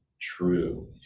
true